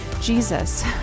Jesus